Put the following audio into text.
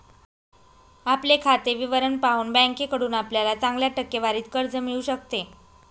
आपले खाते विवरण पाहून बँकेकडून आपल्याला चांगल्या टक्केवारीत कर्ज मिळू शकते